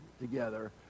together